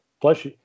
plus